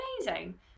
Amazing